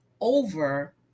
over